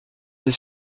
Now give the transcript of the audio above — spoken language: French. t’es